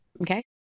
Okay